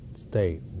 state